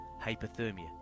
hypothermia